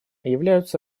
являются